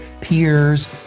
peers